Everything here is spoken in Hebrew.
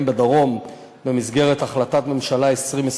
בדרום במסגרת החלטת הממשלה 2025,